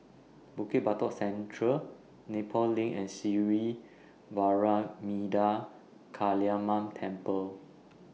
Bukit Batok Central Nepal LINK and Sri Vairavimada Kaliamman Temple